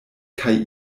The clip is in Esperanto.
kaj